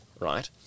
right